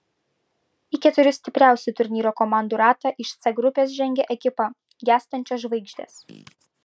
į keturių stipriausių turnyro komandų ratą iš c grupės žengė ekipa gęstančios žvaigždės